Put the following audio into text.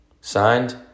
Signed